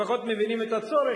לפחות מבינים את הצורך,